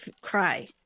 cry